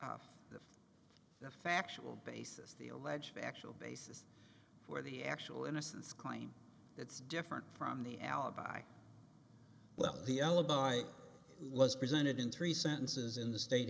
the factual basis the alleged actual basis for the actual innocence claim that's different from the alibi well the alibi was presented in three sentences in the state